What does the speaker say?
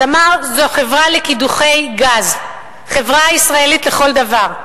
"תמר" היא חברה לקידוחי גז, חברה ישראלית לכל דבר.